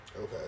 Okay